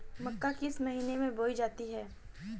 मक्का किस महीने में बोई जाती है?